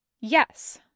Yes